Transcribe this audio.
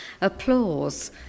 applause